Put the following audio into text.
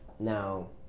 Now